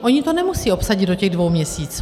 Oni to nemusí obsadit do těch dvou měsíců.